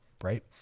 right